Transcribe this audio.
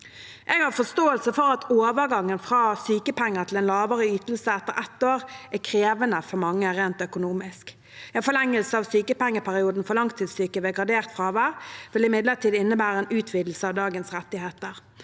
Jeg har forståelse for at overgangen fra sykepenger til en lavere ytelse etter ett år er krevende for mange rent økonomisk. En forlengelse av sykepengeperioden for langtidssyke ved gradert fravær vil imidlertid innebære en utvidelse av dagens rettigheter.